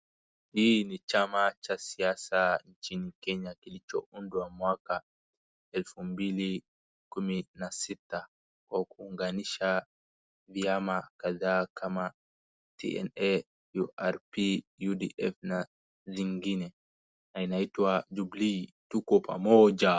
Hii ni chama cha siasa nchini Kenya kilichoundwa mwaka elfu mbili kumi na sita kwa kuunganisha vyama kadhaa kama TNA, URP, UDF na zingine, na inaitwa Jubilee tuko pamoja.